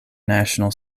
national